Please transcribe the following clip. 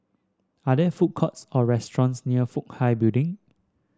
are there food courts or restaurants near Fook Hai Building